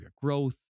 growth